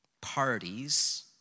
Parties